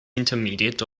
intermediate